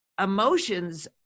emotions